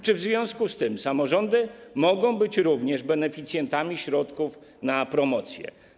Czy w związku z tym samorządy mogą być również beneficjentami środków na promocję?